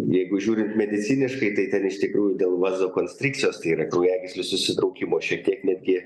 jeigu žiūri mediciniškai tai iš tikrųjų dėl vazakonstrikcijos tai yra kraujagyslių susitraukimo šiek tiek netgi